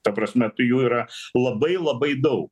ta prasme tai jų yra labai labai dau